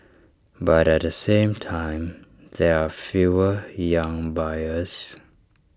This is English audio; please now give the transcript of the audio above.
but at the same time there are fewer young buyers